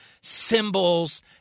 symbols